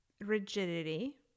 Rigidity